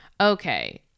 okay